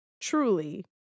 truly